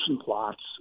plots